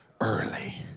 early